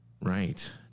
Right